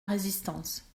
résistance